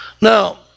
Now